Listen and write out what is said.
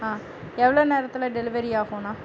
ஆ எவ்வளோ நேரத்தில் டெலிவரி ஆகும்ண்ணா